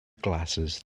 glasses